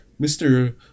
Mr